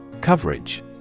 Coverage